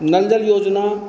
नल जल योजना